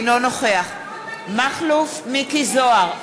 אינו נוכח מכלוף מיקי זוהר,